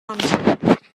amser